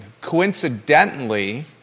Coincidentally